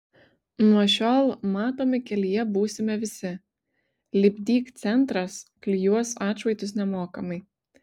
nuo šiol matomi kelyje būsime visi lipdyk centras klijuos atšvaitus nemokamai